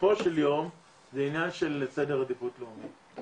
בסופו של יום זה עניין של סדר עדיפות לאומי.